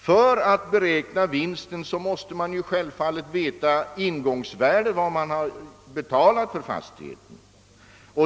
För att kunna beräkna vinstens storlek måste man självfallet känna till ingångsvärdet, d. v. s. vad som har betalats för fastigheten.